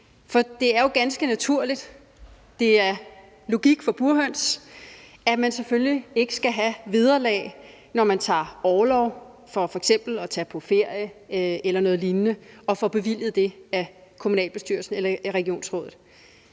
For det er jo ganske naturligt – det er logik for burhøns – at man selvfølgelig ikke skal have vederlag, når man tager orlov for f.eks. at tage på ferie eller noget lignende og får bevilget det af kommunalbestyrelsen eller af regionsrådet.